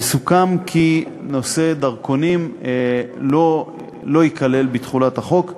וסוכם כי נושא הדרכונים לא ייכלל בתחולת החוק.